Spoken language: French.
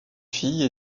fille